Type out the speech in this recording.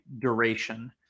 duration